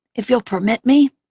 if you'll permit me,